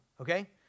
okay